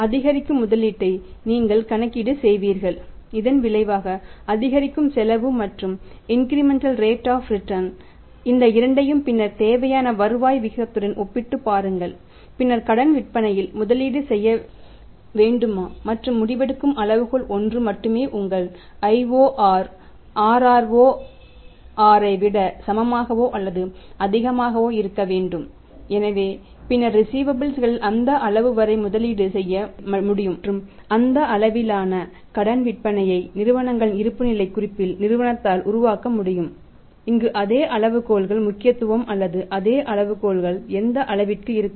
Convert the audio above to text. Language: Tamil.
அதிகரிக்கும் முதலீட்டை நீங்கள் கணக்கிடுகிறீர்கள் இதன் விளைவாக அதிகரிக்கும் செலவு மற்றும் இன்கிரிமெண்டல் ரேட் ஆப் ரிட்டன் களின் அந்த அளவு வரை முதலீடு செய்ய முடியும் மற்றும் அந்த அளவிலான கடன் விற்பனையை நிறுவனங்களின் இருப்புநிலைக் குறிப்பில் நிறுவனத்தால் உருவாக்க முடியும் இங்கு அதே அளவுகோல்கள் முக்கியத்துவம் அல்லது அதே அளவுகோல்கள் எந்த அளவிற்கு இருக்கும்